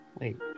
wait